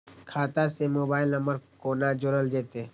खाता से mobile number कोना जोरल जेते?